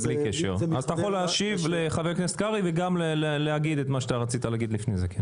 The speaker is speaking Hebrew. אתה יכול להשיב לחבר הכנסת קרעי וגם להגיד את מה שרצית להגיד לפני כן.